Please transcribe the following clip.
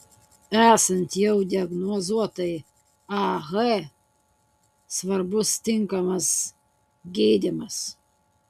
esant jau diagnozuotai ah svarbus tinkamas gydymas